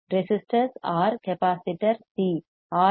resistors R capacitor C R